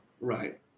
Right